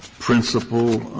principle